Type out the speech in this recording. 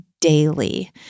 daily